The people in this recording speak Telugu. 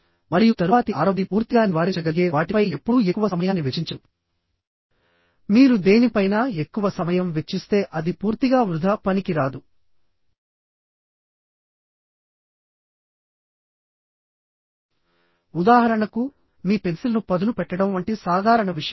మరియు తరువాతి ఆరవది పూర్తిగా నివారించగలిగే వాటిపై ఎప్పుడూ ఎక్కువ సమయాన్ని వెచ్చించదు మీరు దేనిపైనా ఎక్కువ సమయం వెచ్చిస్తే అది పూర్తిగా వృధా పనికిరాదు ఉదాహరణకు మీ పెన్సిల్ను పదును పెట్టడం వంటి సాధారణ విషయం